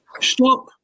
Stop